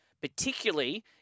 particularly